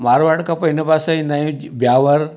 मारवाड़ खां पोइ हिन पासे ईंदा आहियूं ब्यावर